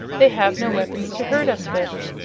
they have no weapons to hurt us with.